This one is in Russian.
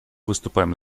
выступаем